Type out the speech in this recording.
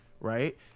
right